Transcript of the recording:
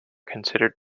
considered